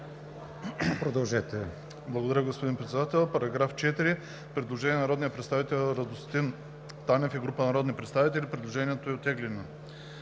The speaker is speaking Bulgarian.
продължете,